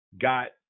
got